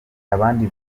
abandi